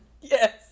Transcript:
Yes